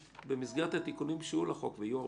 ובמסגרת התיקונים שיהיו לחוק ויהיו עוד